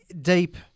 deep